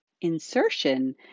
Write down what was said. Insertion